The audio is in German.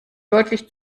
deutlich